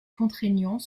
contraignant